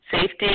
Safety